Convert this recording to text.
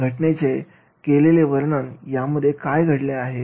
त्या घटनेचे केलेले वर्णन यामध्ये काय घडले आहे